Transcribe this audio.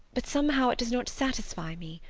but somehow it does not satisfy me.